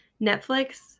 Netflix